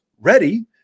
ready